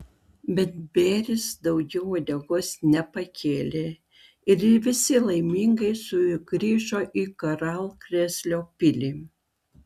bet bėris daugiau uodegos nepakėlė ir visi laimingai sugrįžo į karalkrėslio pilį